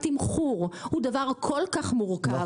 התמחור הוא דבר כל כך מורכב,